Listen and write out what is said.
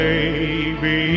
baby